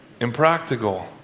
Impractical